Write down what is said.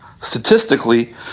statistically